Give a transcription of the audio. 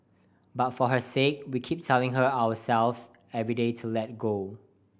but for her sake we keep telling her and ourselves every day to let go